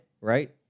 right